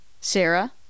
Sarah